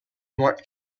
north